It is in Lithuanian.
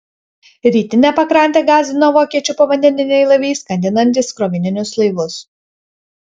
rytinę pakrantę gąsdino vokiečių povandeniniai laivai skandinantys krovininius laivus